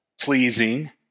pleasing